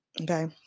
okay